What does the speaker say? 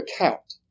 account